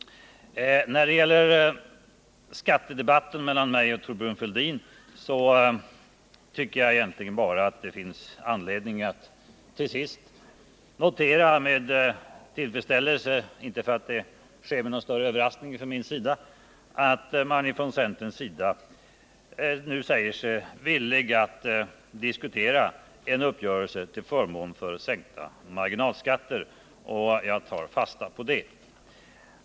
När det gäller skattedebatten mellan Thorbjörn Fälldin och mig noterar jag med tillfredsställelse — fast inte med någon större överraskning — att centern nu säger sig vara villig att diskutera en uppgörelse om sänkta marginalskatter. Jag tar fasta på det.